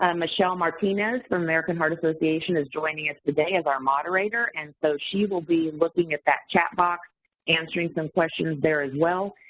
um michelle martinez from american heart association is joining us today as our moderator and so, she will be looking at that chat box, answering some questions there as well,